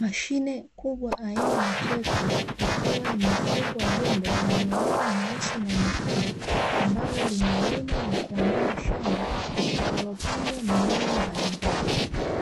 Mashine kubwa aina ya trekta ikiwa imefungwa jembe yenye rangi nyeusi na nyekundu ambalo linalima na kuandaa shamba litakalopandwa mazao mbalimbali,